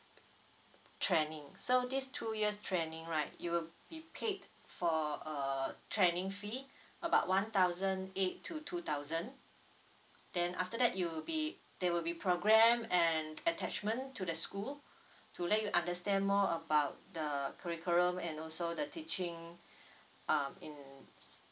training so these two years training right you will be paid for a training fee about one thousand eight to two thousand then after that you will be there will be program and attachment to the school to let you understand more about the curriculum and also the teaching um in